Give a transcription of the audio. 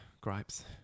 Gripes